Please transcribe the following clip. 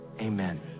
amen